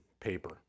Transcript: paper